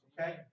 okay